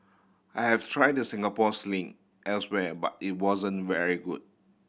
I have tried the Singapore Sling elsewhere but it wasn't very good